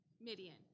midian